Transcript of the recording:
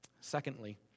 Secondly